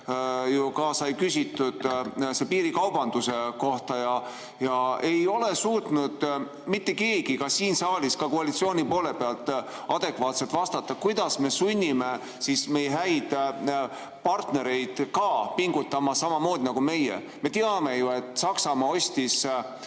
juures sai ju küsitud piirikaubanduse kohta ja ei ole suutnud mitte keegi siin saalis, ka koalitsiooni poole pealt mitte, adekvaatselt vastata, kuidas me siis sunnime oma häid partnereid pingutama samamoodi nagu meie. Me teame ju, et Saksamaa ostis